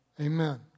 Amen